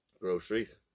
groceries